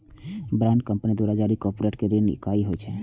bond company द्वारा जारी corporate ऋणक इकाइ होइ छै